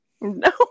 No